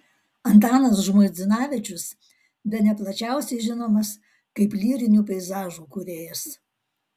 antanas žmuidzinavičius bene plačiausiai žinomas kaip lyrinių peizažų kūrėjas